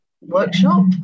workshop